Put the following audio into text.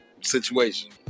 situation